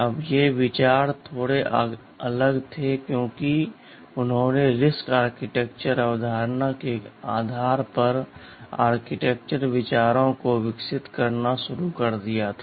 अब ये विचार थोड़े अलग थे क्योंकि उन्होंने RISC आर्किटेक्चर अवधारणा के आधार पर आर्किटेक्चर विचारों को विकसित करना शुरू कर दिया था